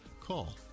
call